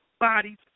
bodies